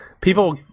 People